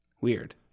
Weird